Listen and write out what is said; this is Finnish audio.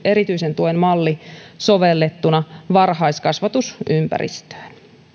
erityisen tuen malli sovellettuna varhaiskasvatusympäristöön